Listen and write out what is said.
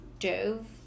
Dove